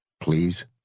please